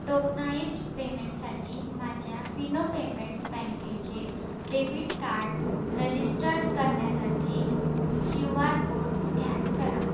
tokenised पेमेंटसाठी माझ्या Fino payments बँकेचे डेबिट कार्ट रजिस्टर्ट करण्यासाठी क्यू आर कोड स्कॅन करा